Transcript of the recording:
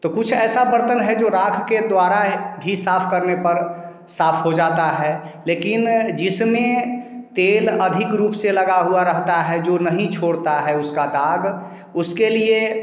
तो कुछ ऐसा बर्तन है जो राख के द्वारा ही साफ करने पर साफ हो जाता है लेकिन जिसमें तेल अधिक रूप से लगा हुआ रहता है जो नहीं छोड़ता है उसका दाग उसके लिए